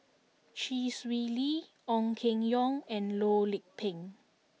Chee Swee Lee Ong Keng Yong and Loh Lik Peng